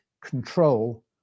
control